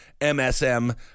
MSM